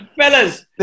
Fellas